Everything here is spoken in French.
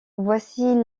voici